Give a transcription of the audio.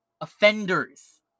offenders